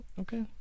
okay